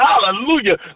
Hallelujah